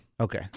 Okay